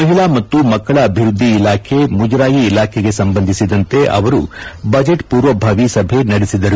ಮಹಿಳಾ ಮತ್ತು ಮಕ್ಕಳ ಅಭಿವೃದ್ದಿ ಇಲಾಖೆ ಮುಜರಾಯಿ ಇಲಾಖೆಗೆ ಸಂಬಂಧಿಸಿದಂತೆ ಅವರು ಬಜೆಟ್ ಪೂರ್ವಭಾವಿ ಸಭೆ ನಡೆಸಿದರು